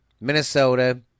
Minnesota